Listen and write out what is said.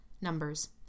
Numbers